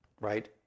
right